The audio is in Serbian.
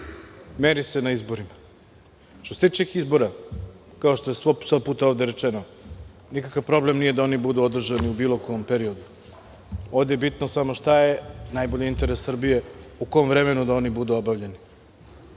meri se na izborima. Što se tiče izbora, kao što je 100 puta ovde rečeno, nikakav problem nije da oni budu održani u bilo kom periodu. Ovde je bitno samo šta je najbolji interes Srbije u kom vremenu da oni budu obavljeni.